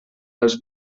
els